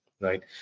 right